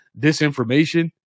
disinformation